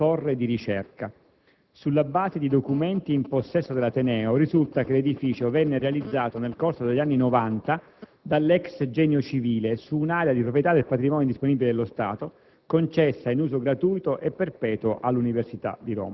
ricerca*. Al fine di fornire una circostanziata risposta ai quesiti posti dall'onorevole interrogante, il Ministero ha acquisito dal rettore dell'Università di Roma «La Sapienza» elementi conoscitivi sulla vicenda dell'immobile denominato Torre di ricerca.